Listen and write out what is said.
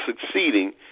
succeeding